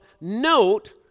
note